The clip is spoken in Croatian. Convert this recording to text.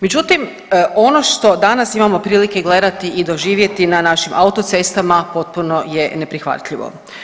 Međutim, ono što danas imamo prilike gledati i doživjeti na našim autocestama potpuno je neprihvatljivo.